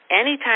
Anytime